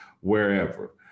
wherever